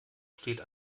steht